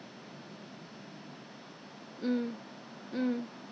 every night I actually apply hand cream on my hands instead of that medicine